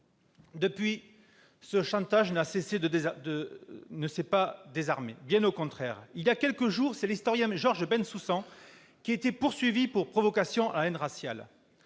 Depuis lors, ce chantage n'a pas désarmé, bien au contraire ! Il y a quelques jours, c'est l'historien Georges Bensoussan qui était poursuivi pour provocation à la haine raciale.